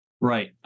Right